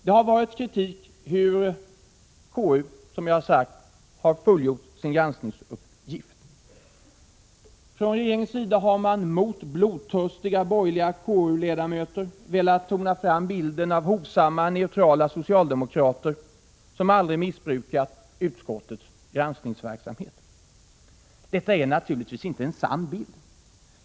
Det har riktats kritik mot hur KU, som jag har sagt, har fullgjort sin granskningsuppgift. Från regeringens sida har man mot blodtörstiga borgerliga KU-ledamöter velat tona fram bilden av hovsamma, neutrala socialdemokrater som aldrig missbrukat utskottets granskningsverksamhet. Detta är naturligtvis inte en sann bild.